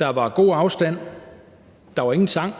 der var god afstand, og der var ingen sang.